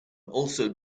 also